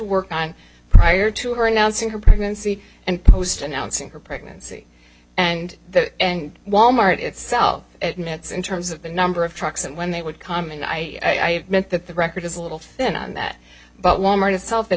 work on prior to her announcing her pregnancy and post announcing her pregnancy and that and wal mart itself at nets in terms of the number of trucks and when they would come in i meant that the record is a little thin on that but wal mart of self